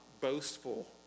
boastful